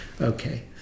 okay